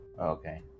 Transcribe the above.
okay